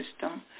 system